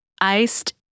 iced